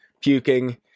puking